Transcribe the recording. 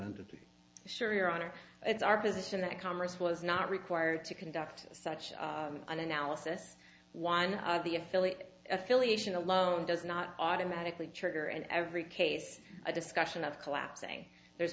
entity sure your honor it's our position that congress was not required to conduct such an analysis one of the affiliates affiliation alone does not automatically trigger in every case a discussion of collapsing there's